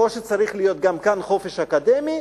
או שצריך להיות גם כאן חופש אקדמי,